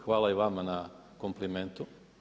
Hvala i vama na komplimentu.